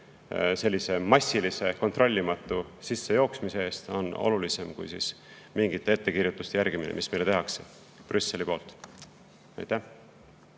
kaitsmine massilise kontrollimatu sissejooksmise eest olulisem kui mingite ettekirjutuste järgimine, mis meile Brüsseli poolt